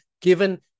given